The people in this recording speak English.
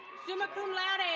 summa cum laude.